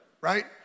right